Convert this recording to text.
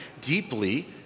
deeply